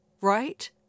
right